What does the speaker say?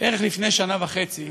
בערך לפני שנה וחצי,